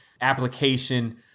application